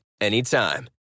anytime